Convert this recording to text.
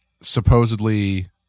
supposedly